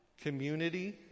community